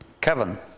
Kevin